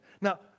Now